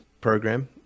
program